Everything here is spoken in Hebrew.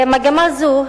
מגמה זו,